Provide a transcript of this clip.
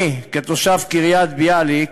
אני, כתושב קריית-ביאליק,